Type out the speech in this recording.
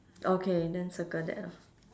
okay then circle that orh